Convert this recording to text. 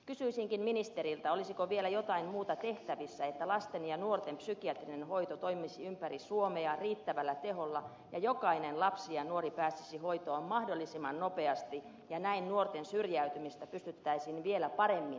kysyisinkin ministeriltä olisiko vielä jotain muuta tehtävissä että lasten ja nuorten psykiatrinen hoito toimisi ympäri suomea riittävällä teholla ja jokainen lapsi ja nuori pääsisi hoitoon mahdollisimman nopeasti ja näin nuorten syrjäytymistä pystyttäisiin vielä paremmin ennalta ehkäisemään